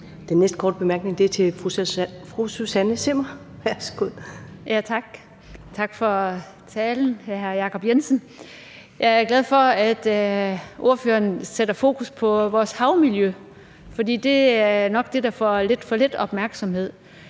Kl. 19:33 Susanne Zimmer (UFG): Tak, og tak for talen til hr. Jacob Jensen. Jeg er glad for, at ordføreren sætter fokus på vores havmiljø, for det er noget, der får lidt for lidt opmærksomhed.